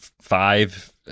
five